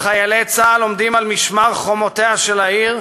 בעוד חיילי צה"ל עומדים על משמר חומותיה של העיר,